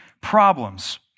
problems